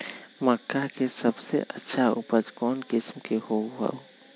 मक्का के सबसे अच्छा उपज कौन किस्म के होअ ह?